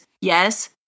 yes